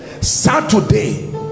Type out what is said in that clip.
saturday